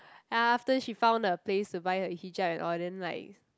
after she found a place to buy her hijab and all then like